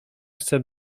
chcę